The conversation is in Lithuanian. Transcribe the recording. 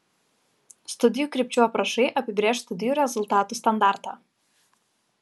studijų krypčių aprašai apibrėš studijų rezultatų standartą